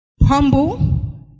humble